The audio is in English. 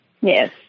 Yes